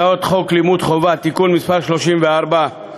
הצעת חוק לימוד חובה (תיקון מס' 34),